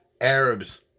Arabs